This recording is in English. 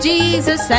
Jesus